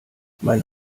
mein